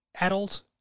adult